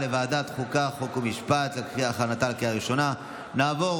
לוועדת החוקה, חוק ומשפט נתקבלה.